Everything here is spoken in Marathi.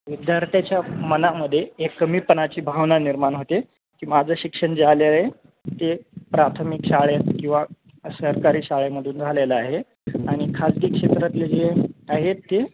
विद्यार्थ्याच्या मनामध्ये एक कमीपणाची भावना निर्माण होते की माझं शिक्षण जे झालेलं आहे ते प्राथमिक शाळेत किंवा सरकारी शाळेमधून झालेलं आहे आणि खाजगी क्षेत्रातले जे आहेत ते